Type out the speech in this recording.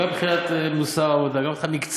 גם מבחינת מוסר עבודה, גם מבחינת מקצועיות.